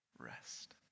rest